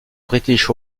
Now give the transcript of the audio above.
british